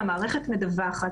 המערכת מדווחת,